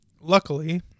Luckily